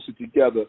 together